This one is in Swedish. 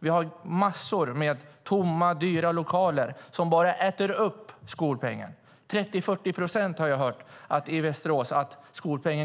Vi har massor med tomma, dyra lokaler som äter upp skolpengen. Jag har hört att 30-40 procent av skolpengen i Västerås